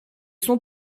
sont